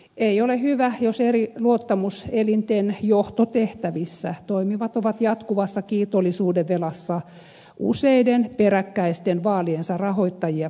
ei ole hyvä jos eri luottamuselinten johtotehtävissä toimivat ovat jatkuvassa kiitollisuudenvelassa useiden peräkkäisten vaaliensa rahoittajia kohtaan